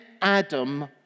Adam